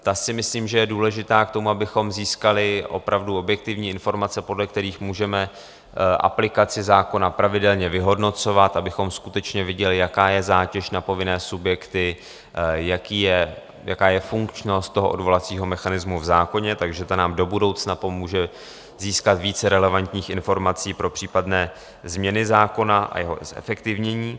Ta si myslím, že je důležitá k tomu, abychom získali opravdu objektivní informace, podle kterých můžeme aplikaci zákona pravidelně vyhodnocovat, abychom skutečně viděli, jaká je zátěž na povinné subjekty, jaká je funkčnost odvolacího mechanismu v zákoně, takže to nám do budoucna pomůže získat více relevantních informací pro případné změny zákona a jeho zefektivnění.